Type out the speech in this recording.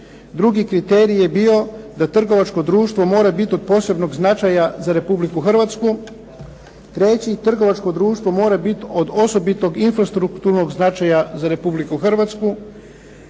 Drugi kriterij je bio da trgovačko društvo mora biti od posebnog značaja za Republiku Hrvatsku. Treći, trgovačko društvo mora biti od osobitog infrastrukturnog značaja za Republiku Hrvatsku.